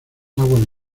aguas